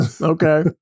okay